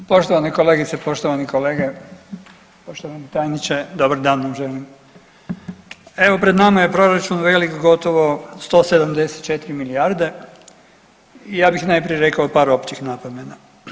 Poštovane kolegice, poštovani kolege, poštovani tajniče dobar dan vam želim, evo pred nama je proračun velik gotovo 174 milijarde i ja bih najprije rekao par općih napomena.